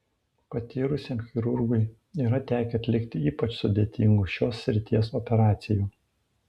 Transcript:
patyrusiam chirurgui yra tekę atlikti ypač sudėtingų šios srities operacijų